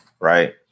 right